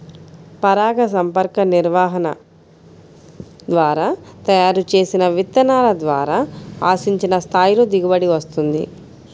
పరాగసంపర్క నిర్వహణ ద్వారా తయారు చేసిన విత్తనాల ద్వారా ఆశించిన స్థాయిలో దిగుబడి వస్తుంది